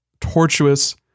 tortuous